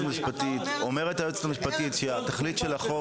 אומרת היועצת המשפטית שהתכלית של החוק